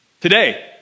Today